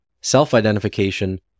self-identification